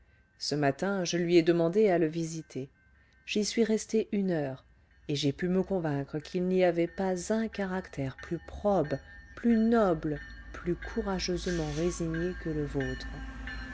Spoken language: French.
ce matin je lui ai demandé à le visiter j'y suis resté une heure et j'ai pu me convaincre qu'il n'y avait pas un caractère plus probe plus noble plus courageusement résigné que le vôtre